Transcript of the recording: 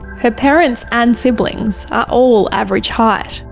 her parents and siblings are all average height.